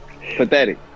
Pathetic